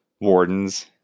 wardens